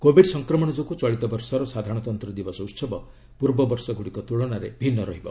Covid ସଂକ୍ରମଣ ଯୋଗୁଁ ଚଳିତ ବର୍ଷର ସାଧାରଣତନ୍ତ୍ର ଦିବସ ଉହବ ପୂର୍ବବର୍ଷ ଗ୍ରଡ଼ିକ ତୂଳନାରେ ଭିନ୍ନ ରହିବ